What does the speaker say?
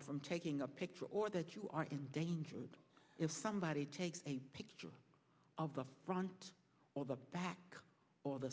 from taking a picture or that you are in danger if somebody takes a picture of the front or the back or the